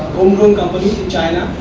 homegrown company in china